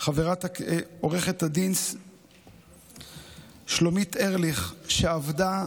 עו"ד שלומית ארליך, שעבדה